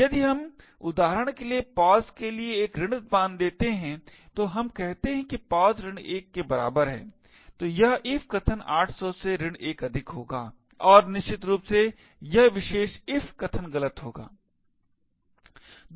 यदि हम उदाहरण के लिए pos के लिए एक ऋणात्मक मान देते हैं तो हम कहते हैं कि pos 1 के बराबर है तो यह if कथन 800 से 1 अधिक होगा और निश्चित रूप से यह विशेष if कथन गलत होगा